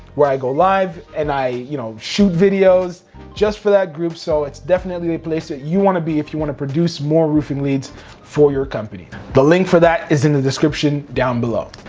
where i go live and i, you know, shoot videos just for that group. so it's definitely a place that you wanna be if you wanna produce more roofing leads for your company. the link for that is in the description down below.